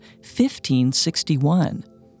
1561